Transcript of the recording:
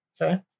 okay